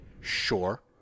sure